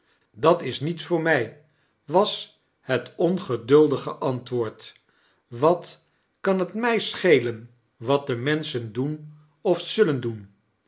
dat is niets voor mij was het ongeduldige antwoord wat kan het rnij schelen wat de menschen doen of zullen doen